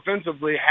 offensively